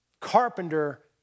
carpenter